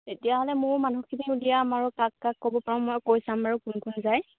তেতিয়াহ'লে মোৰো মানুহখিনিও উলিয়াম আৰু কাক কাক ক'ব পাৰোঁ মই কৈ চাম বাৰু কোন কোন যায়